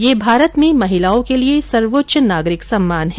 यह भारत में महिलाओं के लिए सर्वोच्च नागरिक सम्मान है